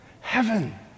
Heaven